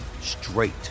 straight